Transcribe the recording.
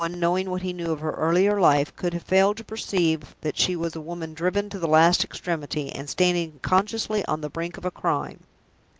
no one, knowing what he knew of her earlier life, could have failed to perceive that she was a woman driven to the last extremity, and standing consciously on the brink of a crime.